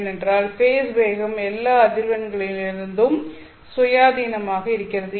ஏனென்றால் ஃபேஸ் வேகம் எல்லா அதிர்வெண் களிலிருந்தும் சுயாதீனமாக இருக்கிறது